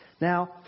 Now